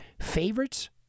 Favorites